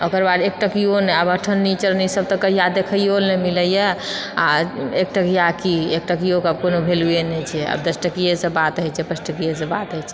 ओकर बाद एक टकहीयो नहि आब अठन्नी चौवन्नीसभ तऽ कहिआ देखैऔ लऽ नहि मिलयए आ एक टकहीया की एक टकहीयोकऽ आब कोनो वैल्यूये नहि छै आब दस टकहीएसँ बात होयत छै पाँच टकहीएसँ बात होयत छै